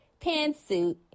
pantsuit